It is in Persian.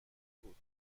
بود